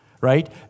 right